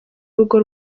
urugo